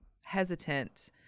hesitant